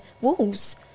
Wolves